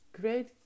great